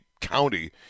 county